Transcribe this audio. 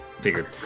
Figured